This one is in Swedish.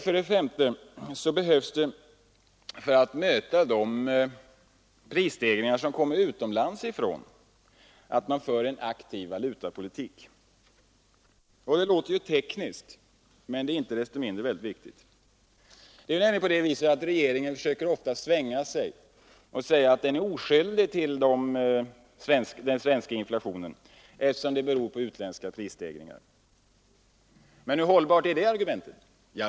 För det femte fordras, för att möta de prisstegringar som kommer utomlands ifrån, att man för en aktiv valutapolitik. Det låter tekniskt, men det är inte desto mindre mycket viktigt. Regeringen försöker ofta svänga sig och säga att den är oskyldig till den svenska inflationen, eftersom denna beror på utländska prisstegringar. Men hur hållbart är det argumentet?